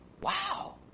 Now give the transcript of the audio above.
Wow